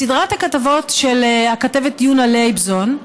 בסדרת הכתבות של הכתבת יונה לייבזון,